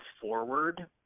forward